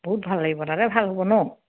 বহুত ভাল লাগিব তাতে ভাল হ'ব ন